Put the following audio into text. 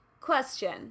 question